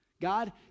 God